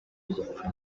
gupfa